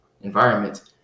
environments